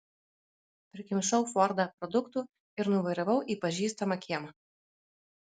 prikimšau fordą produktų ir nuvairavau į pažįstamą kiemą